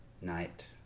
night